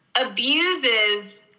abuses